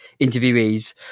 interviewees